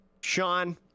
Sean